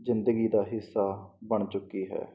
ਜ਼ਿੰਦਗੀ ਦਾ ਹਿੱਸਾ ਬਣ ਚੁੱਕੀ ਹੈ